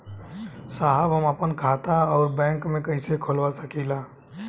साहब हम आपन खाता राउर बैंक में कैसे खोलवा सकीला?